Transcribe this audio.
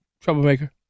Troublemaker